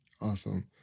Awesome